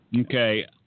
Okay